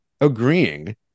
agreeing